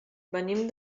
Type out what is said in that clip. venim